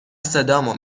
صدامو